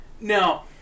Now